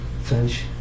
French